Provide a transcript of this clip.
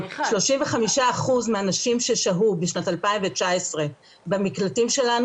35% מהנשים ששהו בשנת 2019 במקלטים שלנו